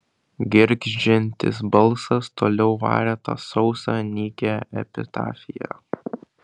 gergždžiantis balsas toliau varė tą sausą nykią epitafiją